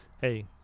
Hey